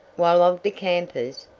while of the campers,